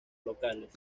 locales